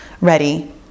ready